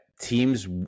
teams